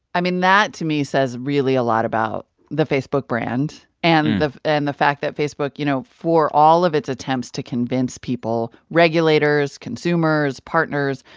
i mean, that, to me, says, really, a lot about the facebook brand and the and the fact that facebook, you know, for all of its attempts to convince people regulators, consumers, partners.